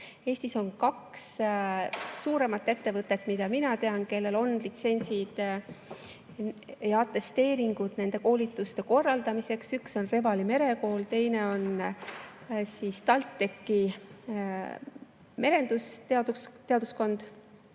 Eestis on kaks suuremat ettevõtet, mida mina tean, kellel on litsents ja atesteering nende koolituste korraldamiseks, üks on Revali Merekool, teine on TalTechi merendusteaduskond,